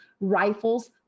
rifles